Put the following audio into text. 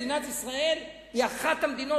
מדינת ישראל היא אחת המדינות,